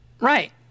right